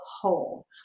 whole